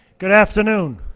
good afternoon.